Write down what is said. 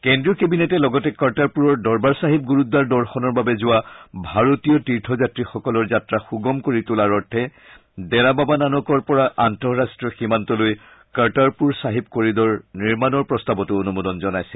কেন্দ্ৰীয় কেবিনেটে লগতে কৰ্টাৰপুৰৰ দৰবাৰ চাহিব গুৰুদ্বাৰ দৰ্শনৰ বাবে যোৱা ভাৰতীয় তীৰ্থযাত্ৰীসকলৰ যাত্ৰা সুগম কৰি তোলাৰ অৰ্থে ডেৰাবাবা নানকৰ পৰা আন্তঃৰাষ্ট্ৰীয় সীমান্তলৈ কৰ্টাৰপুৰ চাহিব কৰিডৰ নিৰ্মণৰ প্ৰস্তাৱতো অনুমোদন জনাইছিল